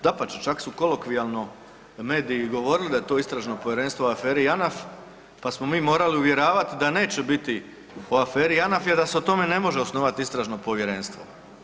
Dapače čak su kolokvijalno mediji govorili da je to istražno povjerenstvo u aferi JANAF pa smo mi morali uvjeravati da neće biti o aferi JANAF jer da se o tome ne može osnovati istražno povjerenstvo.